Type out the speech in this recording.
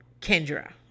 Kendra